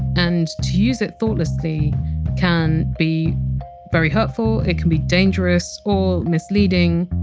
and to use it thoughtlessly can be very hurtful. it can be dangerous, or misleading.